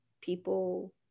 people